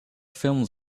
films